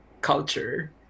culture